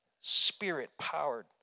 Spirit-powered